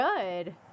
good